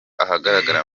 ahagaragara